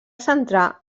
centrar